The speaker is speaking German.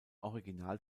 original